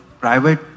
private